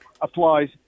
applies